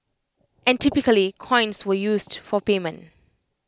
and typically coins were used for payment